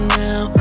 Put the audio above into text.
now